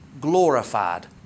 glorified